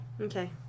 Okay